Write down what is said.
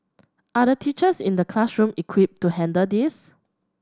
are the teachers in the classroom equipped to handle this